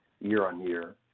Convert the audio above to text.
year-on-year